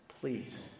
Please